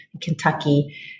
Kentucky